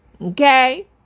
Okay